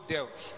Deus